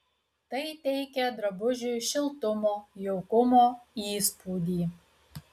tai teikia drabužiui šiltumo jaukumo įspūdį